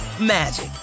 magic